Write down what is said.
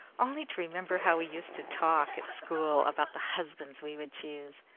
only to remember how we used to talk, at school, about the husbands we would choose.